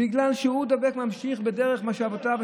בגלל שהוא דבק וממשיך בדרך מה שאבותיו,